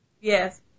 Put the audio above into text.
Yes